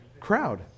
crowd